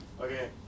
Okay